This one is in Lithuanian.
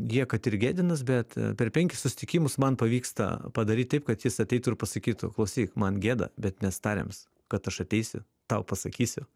jie kad ir gėdinas bet a per penkis susitikimus man pavyksta padaryt taip kad jis ateitų ir pasakytų klausyk man gėda bet mes tariams kad aš ateisiu tau pasakysiu